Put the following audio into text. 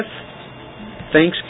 thanksgiving